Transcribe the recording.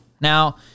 Now